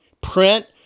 print